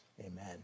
Amen